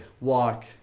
walk